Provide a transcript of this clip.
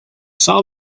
saw